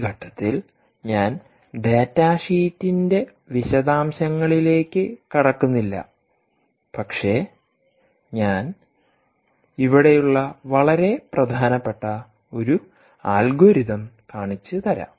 ഈ ഘട്ടത്തിൽ ഞാൻ ഡാറ്റാ ഷീറ്റിന്റെ വിശദാംശങ്ങളിലേക്ക് കടക്കുന്നില്ല പക്ഷേ ഞാൻ ഇവിടെയുള്ള വളരെ പ്രധാനപ്പെട്ട ഒരു അൽഗോരിതം കാണിച്ചു തരാം